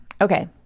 Okay